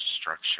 structure